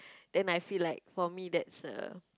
then I feel like for me that's a